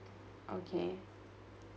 okay